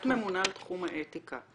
את ממונה על תחום האתיקה,